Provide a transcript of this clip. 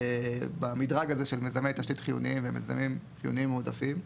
במדרג הזה של מיזמי תשתית חיוניים ומיזמים חיוניים מועדפים,